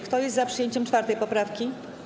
Kto jest za przyjęciem 4. poprawki?